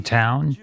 town